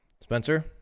Spencer